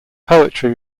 poetry